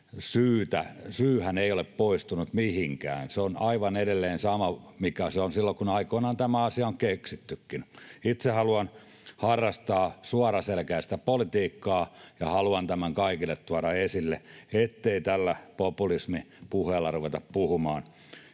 syyhän ei ole poistunut mihinkään. Se on edelleen aivan sama, mikä se oli silloin, kun aikoinaan tämä asia on keksittykin. Itse haluan harrastaa suoraselkäistä politiikkaa ja haluan tämän kaikille tuoda esille, ettei tätä populismipuhetta ruveta puhumaan.